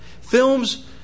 Films